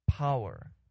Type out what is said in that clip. Power